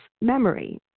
memory